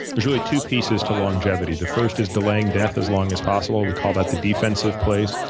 there's really two pieces to longevity. the first is delaying death as long as possible. we call that the defensive plays,